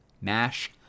mash